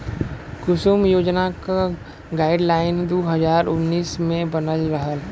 कुसुम योजना क गाइडलाइन दू हज़ार उन्नीस मे बनल रहल